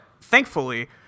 Thankfully